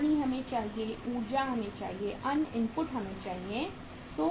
पानी हमें चाहिए ऊर्जा हमें चाहिए अन्य इनपुट हमें चाहिए